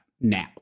now